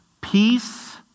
Peace